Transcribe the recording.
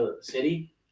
City